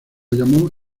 llamó